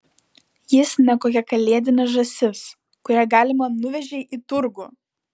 jis ne kokia kalėdinė žąsis kurią galima nuvežei į turgų